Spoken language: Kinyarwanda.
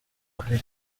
kuri